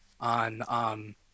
on –